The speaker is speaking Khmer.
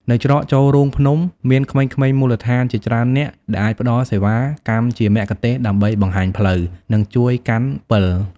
នៅច្រកចូលរូងភ្នំ មានក្មេងៗមូលដ្ឋានជាច្រើននាក់ដែលអាចផ្ដល់សេវាកម្មជាមគ្គុទ្ទេសក៍ដើម្បីបង្ហាញផ្លូវ និងជួយកាន់ពិល។